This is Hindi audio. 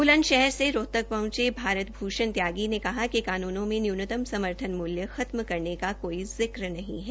बुजंदश्हर से रोहतक पहुंचे भारत भ्षण त्यागी ने कहा कि कान्नो में न्यूनतम समर्थन मुल्य खत्म करने का कोई जिक्र नहीं है